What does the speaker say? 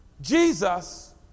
Jesus